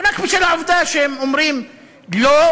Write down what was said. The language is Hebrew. רק בשל העובדה שהם אומרים "לא",